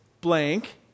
blank